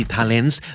Talents